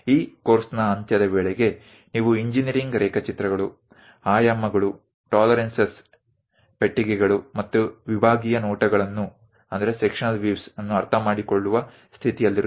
આ અભ્યાસક્રમ ના અંત સુધીમાં તમે એન્જિનિયરિંગ ડ્રોઈંગ પરિમાણો ટોલરન્સ બોક્સ અને સેકશનલ વ્યુ નેવિભાગીય દૃષ્ટિકોણ સમજવાની સ્થિતિમાં હશો